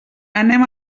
anem